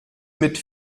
mit